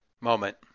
moment